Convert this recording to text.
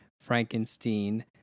Frankenstein